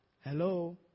Hello